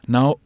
Now